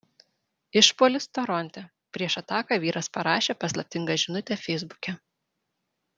išpuolis toronte prieš ataką vyras parašė paslaptingą žinutę feisbuke